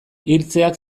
hiltzeak